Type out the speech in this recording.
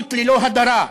מציאות ללא הדרה,